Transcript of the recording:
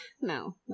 No